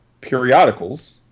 periodicals